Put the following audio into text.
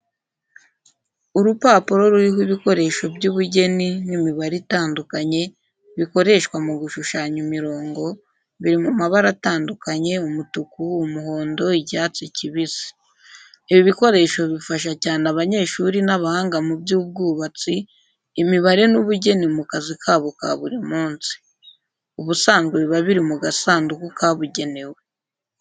Urupapuro ruriho ibikoresho by’ubugeni n’imibare bitandukanye, bikoreshwa mu gushushanya imirongo biri mu mabara atandukanye, umutuku, umuhondo, icyatsi kibisi. Ibi bikoresho bifasha cyane abanyeshuri n’abahanga mu by’ubwubatsi, imibare n’ubugeni mu kazi kabo ka buri munsi. Ubusanzwe biba biri mu gasanduku kabugenewe.